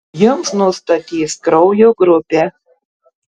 jums nustatys kraujo grupę